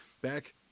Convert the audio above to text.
back